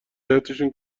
حیاطشون